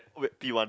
wait P one